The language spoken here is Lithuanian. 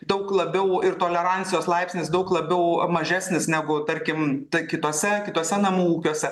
daug labiau ir tolerancijos laipsnis daug labiau mažesnis negu tarkim kituose kituose namų ūkiuose